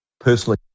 personally